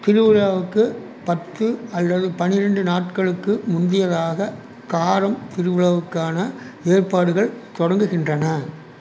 திருவிழாவுக்கு பத்து அல்லது பன்னிரெண்டு நாட்களுக்கு முந்தியதாக காரம் திருவிழாவுக்கான ஏற்பாடுகள் தொடங்குகின்றன